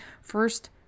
First